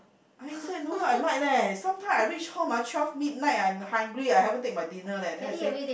instant noodle I like leh sometime I reach home ah twelve midnight I'm hungry I haven't take my dinner leh they I say